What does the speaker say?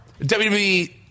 WWE